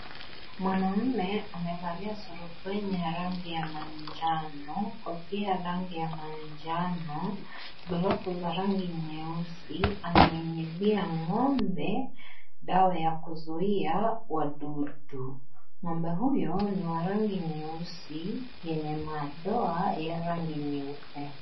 Mwanaume amevalia surupwenye ya rangi ya manjano, kofia ya rangi ya manjano, glavu za rangi nyeusi ananyunyuzia ng'ombe dawa ya kuzuia wadudu. Ng'ombe huyo ni wa rangi nyeusi yenye madoa ya rangi nyeupe.